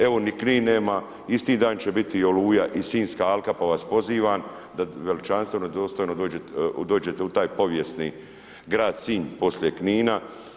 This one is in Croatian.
Evo ni Knin nema, isti dan će biti i Oluja i Sinjska alka pa vas pozivam da veličanstveno i dostojno dođete u taj povijesni grad Sinj poslije Knina.